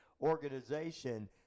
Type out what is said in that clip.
organization